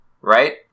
right